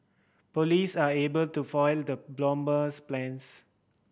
police are able to foil the bomber's plans